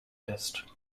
test